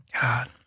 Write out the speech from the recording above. God